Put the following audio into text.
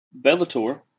Bellator